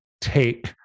take